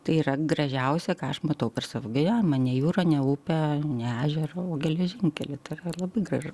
tai yra gražiausia ką aš matau per savo gyvenimą ne jūrą ne upę ne ežerą o geležinkelį tad labai gražu